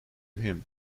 him